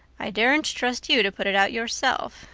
i daren't trust you to put it out yourself.